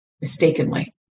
mistakenly